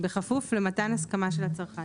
בכפוף למתן הסכמה של הצרכן.